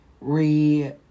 re